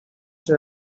się